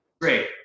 great